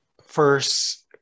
first